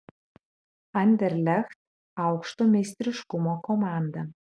anderlecht aukšto meistriškumo komanda